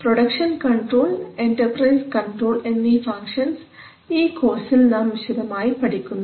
production control enterprise control എന്നീ functions ഈ കോഴ്സിൽ വിശദമായി നാം പഠിക്കുന്നില്ല